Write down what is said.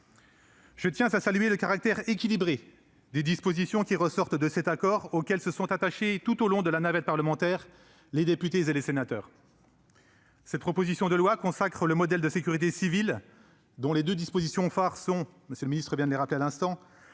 Je tiens à saluer le caractère équilibré des dispositions qui ressortent de cet accord, auxquelles se sont attachés tout au long de la navette parlementaire les députés et les sénateurs. Cette proposition de loi consacre notre modèle de sécurité civile, notamment au travers de deux dispositions phares que M. le ministre vient de rappeler à l'instant.